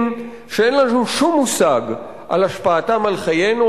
שאין לנו שום מושג על השפעתם על חיינו,